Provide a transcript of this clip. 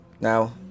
Now